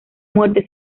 muerte